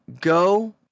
go